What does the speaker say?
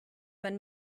wenn